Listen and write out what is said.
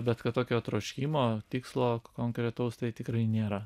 bet kad tokio troškimo tikslo konkretaus tai tikrai nėra